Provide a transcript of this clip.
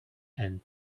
and